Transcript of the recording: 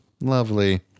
lovely